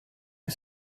you